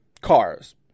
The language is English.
cars